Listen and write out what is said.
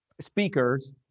speakers